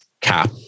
cap